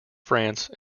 france